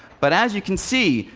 but, as you can see,